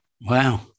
Wow